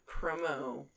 promo